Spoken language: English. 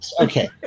Okay